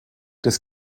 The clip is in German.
des